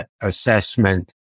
assessment